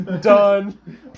done